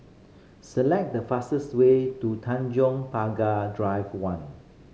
select the fastest way to Tanjong Pagar Drive One